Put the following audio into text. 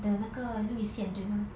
the 那个绿线对吗